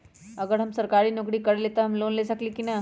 अगर हम सरकारी नौकरी करईले त हम लोन ले सकेली की न?